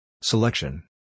Selection